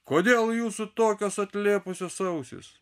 kodėl jūsų tokios atlėpusios ausys